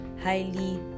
highly